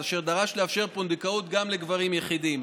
אשר דרש לאפשר פונדקאות גם לגברים יחידים.